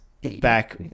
back